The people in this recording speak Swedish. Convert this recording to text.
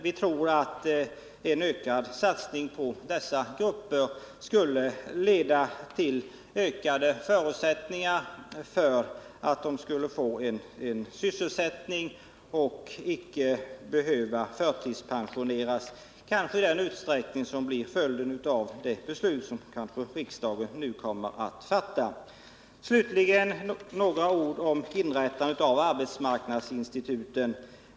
Vi tror att en ökad satsning skulle leda till ökade förutsättningar för att bereda sysselsättning åt personer i den här gruppen så att de icke skulle behöva förtidspensioneras i den utsträckning som kan bli följden av det beslut som riksdagen nu kanske kommer att fatta. Slutligen några ord om inrättande av arbetsmarknadsinstitut.